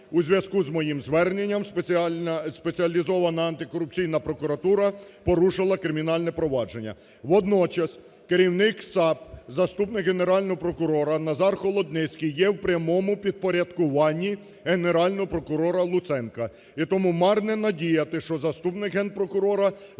у зв'язку із моїм зверненням Спеціалізована антикорупційна прокуратура порушила кримінальне провадження. Водночас, керівник САП – заступник Генерального прокурора Назар Холодницький є у прямому підпорядкуванні Генерального прокурора Луценка, і тому марна надіятися, що заступник Генпрокурора зможе